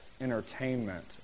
entertainment